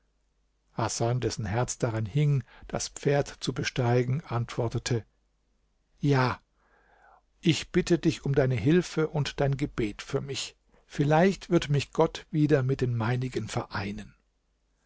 hasan dessen herz daran hing das pferd zu besteigen antwortete ja ich bitte dich um deine hilfe und dein gebet für mich vielleicht wird mich gott wieder mit den meinigen vereinen